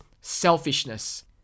selfishness